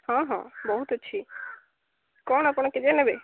ହଁ ହଁ ବହୁତ ଅଛି କ'ଣ ଆପଣ କେଜାଏ ନେବେ